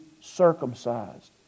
circumcised